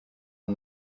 uyu